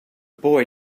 boy